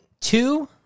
two